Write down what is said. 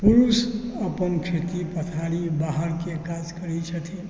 पुरुष अपन खेती पथारी बाहरके काज करै छथिन